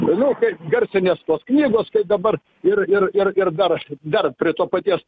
nu taip garsiai nes tos knygos kai dabar ir ir ir ir dar dar prie to paties